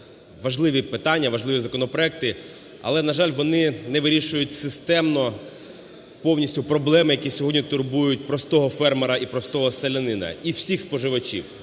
важливі питання, важливі законопроекти, але, на жаль, вони не вирішують системно повністю проблем, які сьогодні турбують простого фермера і простого селянина, і всіх споживачів,